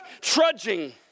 Trudging